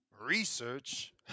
research